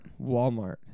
Walmart